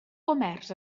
comerç